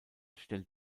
stellt